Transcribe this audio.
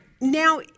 now